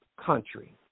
country